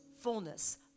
fullness